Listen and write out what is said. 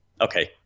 okay